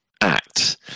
act